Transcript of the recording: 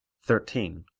thirteen.